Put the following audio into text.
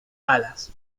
alas